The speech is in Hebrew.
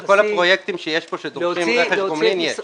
לכל הפרויקטים שיש פה, שדורשים רכש גומלין, יש.